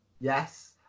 Yes